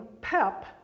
Pep